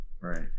Right